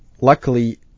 luckily